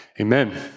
Amen